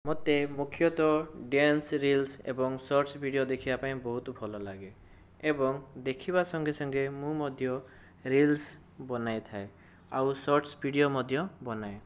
ମୋତେ ମୁଖ୍ୟତଃ dance reels ଏବଂ ସର୍ଚ ଭିଡ଼ିଓ ଦେଖିବାପାଇଁ ବହୁତ ଭଲଲାଗେ ଏବଂ ଦେଖିବା ସଙ୍ଗେ ସଙ୍ଗେ ମୁଁ ମଧ୍ୟ ରିଲ୍ସ ବନାଇଥାଏ ଆଉ ସର୍ଚ ଭିଡ଼ିଓ ମଧ୍ୟ ବନାଏ